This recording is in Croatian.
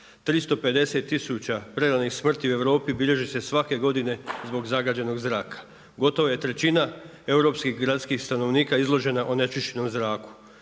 350 tisuća preranih smrti u Europi bilježi se svake godine zbog zagađenog zraka. Gotovo je trećina europskih gradskih stanovnika izložena onečišćenom zraku.